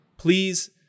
please